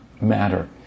matter